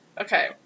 Okay